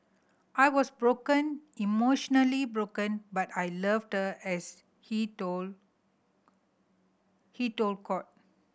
I was broken emotionally broken but I loved as he told he told court